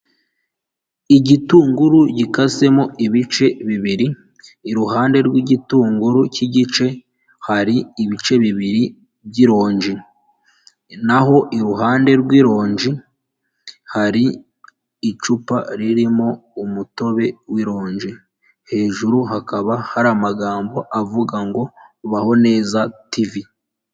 Igitunguru gikasemo ibice bibiri, iruhande rw'igitunguru cy'igice, hari ibice bibiri by'ironji, naho iruhande rw'ironji, hari icupa ririmo umutobe w'ironji, hejuru hakaba hari amagambo avuga ngo baho neza tv.